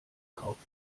kaufen